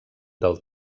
del